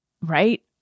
right